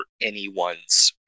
anyone's